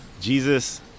Jesus